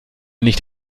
nicht